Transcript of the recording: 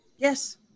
Yes